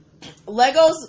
Legos